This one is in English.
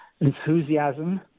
enthusiasm